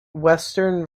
western